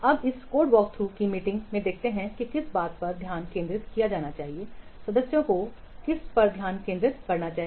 अब इस code walkthrough की मीटिंग में देखते हैं कि किस पर ध्यान केंद्रित किया जाना चाहिए सदस्य को किस पर ध्यान केंद्रित करना चाहिए